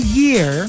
year